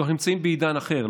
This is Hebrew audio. אנחנו נמצאים בעידן אחר,